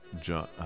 John